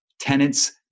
tenants